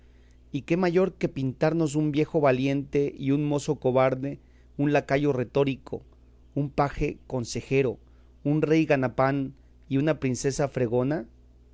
y qué mayor que pintarnos un viejo valiente y un mozo cobarde un lacayo rectórico un paje consejero un rey ganapán y una princesa fregona